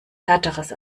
härteres